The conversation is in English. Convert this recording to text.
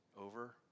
over